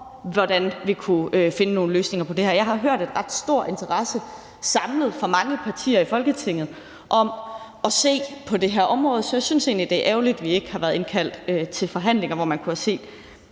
hvordan vi kunne finde nogle løsninger på det her. Jeg har hørt en ret stor interesse samlet set fra mange partier i Folketinget for at se på det her område, så jeg synes egentlig, det er ærgerligt, at vi ikke har været indkaldt til forhandlinger, hvor man kunne have set